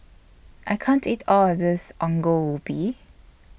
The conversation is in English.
I can't eat All of This Ongol Ubi